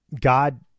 God